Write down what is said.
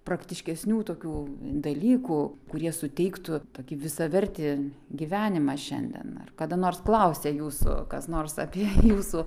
praktiškesnių tokių dalykų kurie suteiktų tokį visavertį gyvenimą šiandien ar kada nors klausė jūsų kas nors apie jūsų